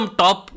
top